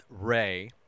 Ray